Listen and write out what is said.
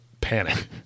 panic